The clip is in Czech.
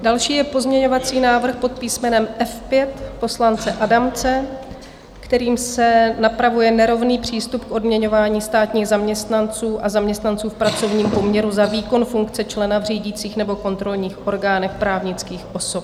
Další je pozměňovací návrh pod písmenem F5 poslance Adamce, kterým se napravuje nerovný přístup k odměňování státních zaměstnanců a zaměstnanců v pracovním poměru za výkon funkce člena v řídících nebo kontrolních orgánech právnických osob.